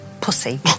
pussy